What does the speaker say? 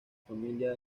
familia